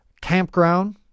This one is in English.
campground